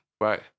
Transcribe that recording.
Right